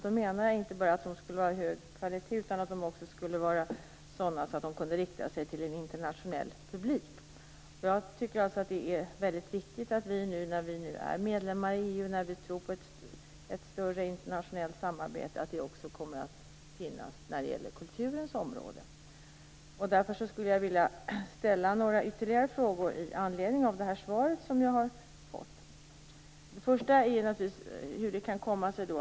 Då menade jag inte bara att de skulle vara av hög kvalitet utan att de också skulle vara sådana att de kunde rikta sig till en internationell publik. När vi nu är medlemmar i EU och tror på ett större internationellt samarbete är det viktigt att det finns ett samarbete också på kulturens område. I anledning av det svar som jag har fått skulle jag vilja ställa ytterligare några frågor.